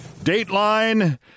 Dateline